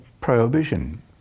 prohibition